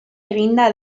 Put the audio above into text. eginda